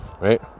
right